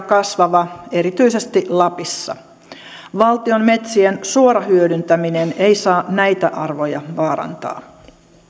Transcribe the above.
kasvava erityisesti lapissa valtion metsien suora hyödyntäminen ei saa näitä arvoja vaarantaa